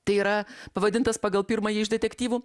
tai yra pavadintas pagal pirmąjį iš detektyvų